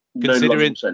Considering